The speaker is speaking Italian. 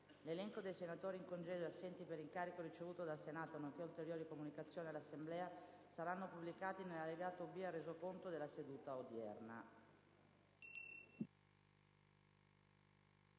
L'elenco dei senatori in congedo e assenti per incarico ricevuto dal Senato, nonché ulteriori comunicazioni all'Assemblea saranno pubblicati nell'allegato B al Resoconto della seduta odierna.